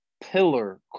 pillar